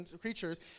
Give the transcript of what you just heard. creatures